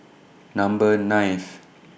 Number ninth